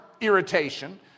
irritation